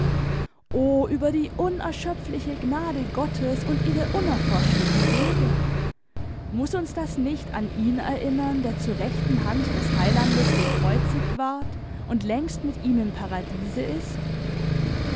über die unerschöpfliche gnade gottes und ihre unerforschlichen wege muß uns das nicht an ihn erinnern der zur rechten hand des heilandes gekreuzigt ward und längst mit ihm im paradiese ist